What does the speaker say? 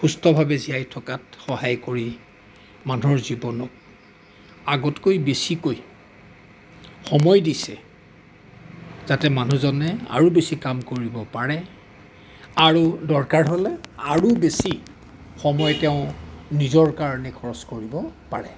সুস্থভাৱে জীয়াই থকাত সহায় কৰি মানুহৰ জীৱনক আগতকৈ বেছিকৈ সময় দিছে যাতে মানুহজনে আৰু বেছি কাম কৰিব পাৰে আৰু দৰকাৰ হ'লে আৰু বেছি সময় তেওঁ নিজৰ কাৰণে খৰচ কৰিব পাৰে